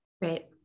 Right